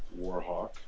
Warhawk